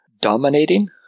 dominating